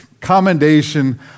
commendation